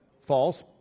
False